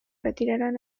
retiraron